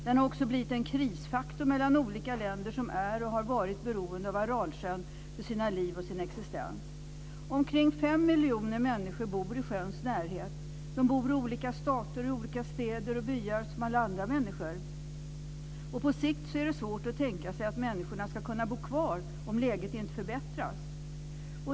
Den har också blivit en krisfaktor för olika länder som är och har varit beroende av Aralsjön för sina liv och sin existens. Omkring fem miljoner människor bor i sjöns närhet. De bor i olika stater, i olika städer och byar som alla andra människor. På sikt är det svårt att tänka sig att människorna ska kunna bo kvar om läget inte förbättras.